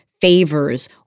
favors